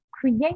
create